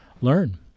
learn